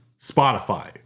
Spotify